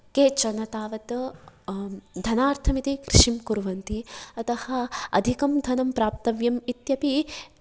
केचन तावत् धनार्थमिति कृषिं कुर्वन्ति अतः अधिकं धनं प्राप्तव्यम् इत्यपि